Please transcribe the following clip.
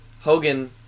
Hogan